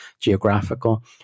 geographical